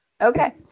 Okay